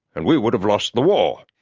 and we would have lost the war.